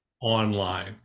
online